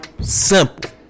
Simple